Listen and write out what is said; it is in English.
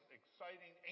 exciting